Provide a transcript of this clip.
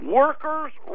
workers